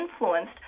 influenced